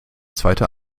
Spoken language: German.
zweite